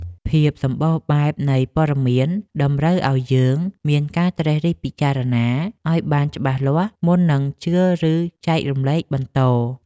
ភាពសម្បូរបែបនៃព័ត៌មានតម្រូវឱ្យយើងមានការត្រិះរិះពិចារណាឱ្យបានច្បាស់លាស់មុននឹងជឿឬចែករំលែកបន្ត។